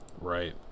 right